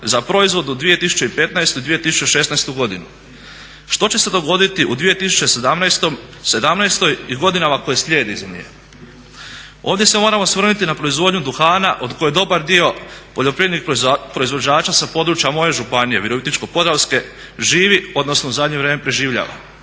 za proizvodnu 2015., 2016. godinu. Što će se dogoditi u 2017. i godinama koje slijede iza nje? Ovdje se mora osvrnuti na proizvodnju duhana od koje dobar dio poljoprivrednih proizvođača sa područja moje županije Virovitičko-podravske živi, odnosno u zadnje vrijeme preživljava.